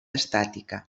estàtica